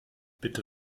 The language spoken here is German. bitte